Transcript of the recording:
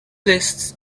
lists